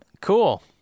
cool